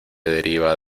deriva